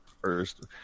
First